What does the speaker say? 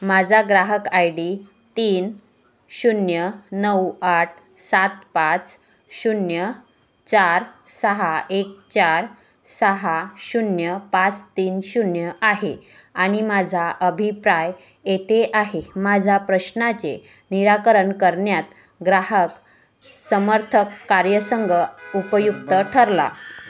माझा ग्राहक I D तीन शून्य नऊ आठ सात पाच शून्य चार सहा एक चार सहा शून्य पाच तीन शून्य आहे आणि माझा अभिप्राय येथे आहे माझ्या प्रश्नाचे निराकरण करण्यात ग्राहक समर्थन कार्यसंघ उपयुक्त ठरला